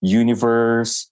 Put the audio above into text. universe